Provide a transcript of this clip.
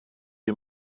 you